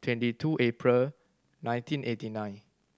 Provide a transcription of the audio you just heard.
twenty two April nineteen eighty nine